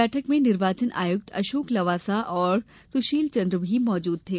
बैठक में निर्वाचन आयुक्त अशोक लवासा और सुशील चन्द्रन भी उपस्थित थे